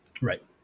Right